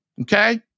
Okay